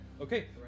Okay